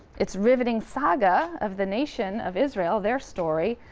its riveting saga of the nation of israel, their story,